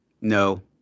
No